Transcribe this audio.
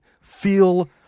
feel